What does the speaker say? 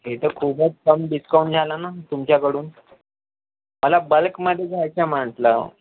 ही तर खूपच कमी डिस्काउंट झाला ना तुमच्याकडून मला बल्कमध्ये घ्यायचा म्हटलं